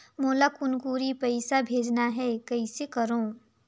मोला कुनकुरी पइसा भेजना हैं, कइसे करो?